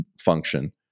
function